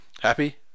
happy